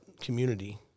community